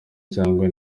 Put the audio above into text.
cyangwa